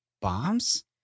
bombs